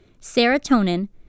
Serotonin